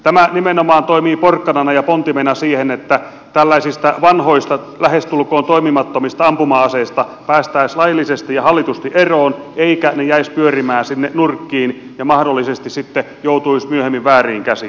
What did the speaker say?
tämä nimenomaan toimii porkkanana ja pontimena siihen että tällaisista vanhoista lähestulkoon toimimattomista ampuma aseista päästäisiin laillisesti ja hallitusti eroon eivätkä ne jäisi pyörimään sinne nurkkiin ja mahdollisesti sitten joutuisi myöhemmin vääriin käsiin